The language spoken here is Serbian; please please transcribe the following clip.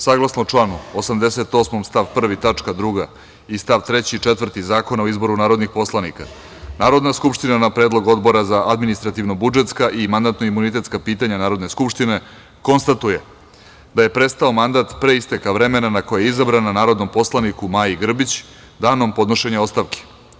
Saglasno članu 88. stav 1. tačka 2. i stavovi 3. i 4. Zakona o izboru narodnih poslanika, Narodna skupština, na predlog Odbora za administrativno-budžetska i mandatno-imunitetska pitanja Narodne skupštine, konstatuje da je prestao mandat, pre isteka vremena na koje je izabrana, narodnom poslaniku Maji Grbić, danom podnošenja ostavke.